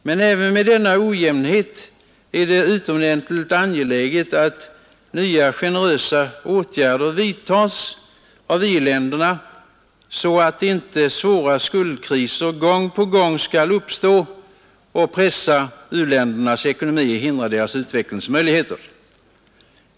Men även med denna ojämnhet i u-världen är det utomordentligt angeläget att nya, generösa åtgärder vidtas av i-länderna, så att inte svåra skuldkriser gång på gång skall uppstå och pressa u-ländernas ekonomi samt hindra deras utvecklingsmöjligheter.